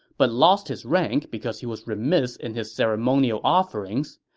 but lost his rank because he was remiss in his ceremonial offerings.